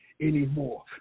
Anymore